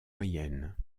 moyenne